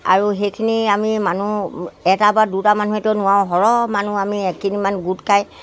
আৰু সেইখিনি আমি মানুহ এটা বা দুটা মানুহেতো নোৱাৰো সৰহ মানুহ আমি এক খিনিমান গোট খাই